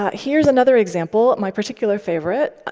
ah here's another example, my particular favorite.